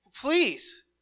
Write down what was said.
Please